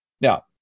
Now